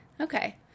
Okay